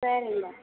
சரிங்க